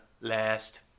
last